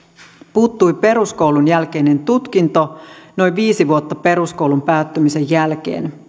puuttui peruskoulun jälkeinen tutkinto noin viisi vuotta peruskoulun päättymisen jälkeen